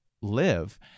live